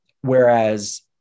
Whereas